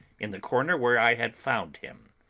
in the corner where i had found him.